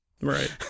Right